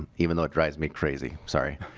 even though it drives me crazy. sorry.